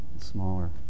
smaller